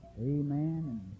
amen